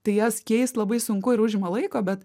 tai jas keist labai sunku ir užima laiko bet